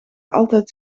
altijd